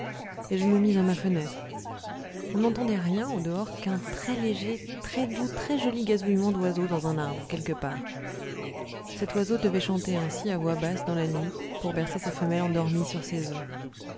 et je me mis à ma fenêtre on n'entendait rien au dehors qu'un très léger très doux très joli gazouillement d'oiseau dans un arbre quelque part cet oiseau devait chanter ainsi à voix basse dans la nuit pour bercer sa femelle endormie sur ses oeufs